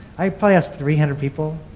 i probably asked three hundred people.